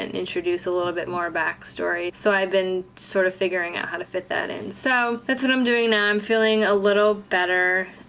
and introduce a little bit more backstory. so i've been sort of figuring out how to fit that in. and so that's what i'm doing now, i'm feeling a little better.